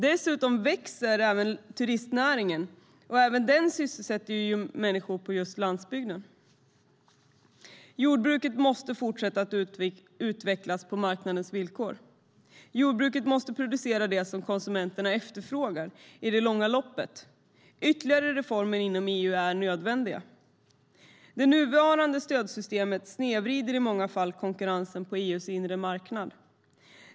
Dessutom växer turistnäringen, som även den sysselsätter just människor på landsbygden. Jordbruket måste fortsätta att utvecklas på marknadens villkor. Jordbruket måste producera det som konsumenterna efterfrågar i det långa loppet. Ytterligare reformer inom EU är nödvändiga. Det nuvarande stödsystemet snedvrider i många fall konkurrensen på EU:s inre marknad.